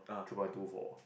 three point two for